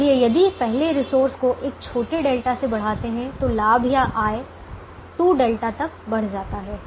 इसलिए यदि हम पहले रिसोर्स को एक छोटे ઠ से बढ़ाते हैं तो लाभ या आय 2 ઠ तक बढ़ जाता है